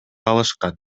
алышкан